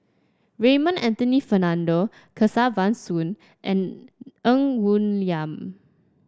Raymond Anthony Fernando Kesavan Soon and Ng Woon Lam